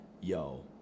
yo